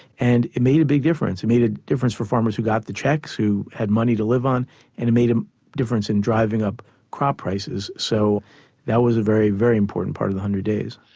and it made a big difference it made a difference for farmers who got the cheques, who had money to live on and it made a difference in driving up crop prices. so that was a very, very important part of the one hundred days.